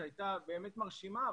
שהייתה באמת מרשימה,